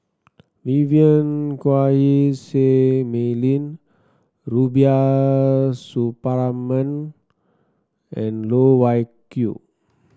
Vivien Quahe Seah Mei Lin Rubiah Suparman and Loh Wai Kiew